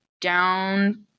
down